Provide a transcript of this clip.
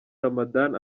ramadhan